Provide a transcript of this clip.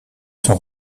son